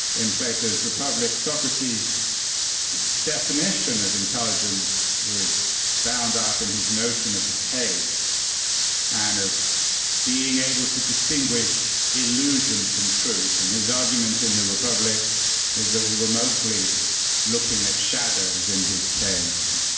in plato's republic, socrates' definition of intelligence was bound up in his notion of the cave and of being able to distinguish illusion from truth. and his argument in the republic was that we were mostly looking at shadows in his cave. and